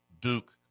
Duke